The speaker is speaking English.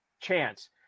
chance